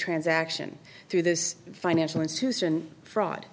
transaction through this financial institution fraud